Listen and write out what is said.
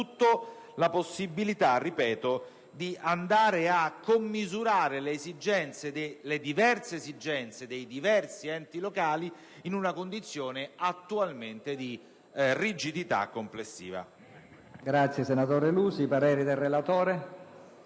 la possibilità di andare a commisurare le diverse esigenze dei diversi enti locali in una condizione attualmente di rigidità complessiva.